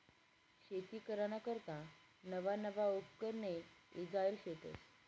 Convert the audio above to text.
शेती कराना करता नवा नवा उपकरणे ईजायेल शेतस